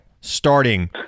starting